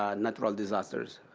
ah natural disasters.